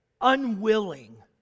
unwilling